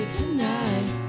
tonight